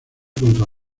contra